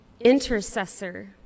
intercessor